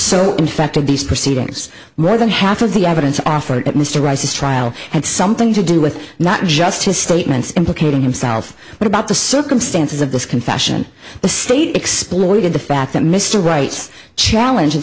so in fact of these proceedings more than half of the evidence offered at mr rice's trial had something to do with not just his statements implicating himself but about the circumstances of this confession the state explored the fact that mr wright's challenge and